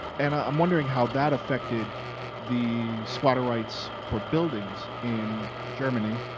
and i'm wondering how that affected the squatter rights for buildings in germany?